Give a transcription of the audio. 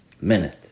minute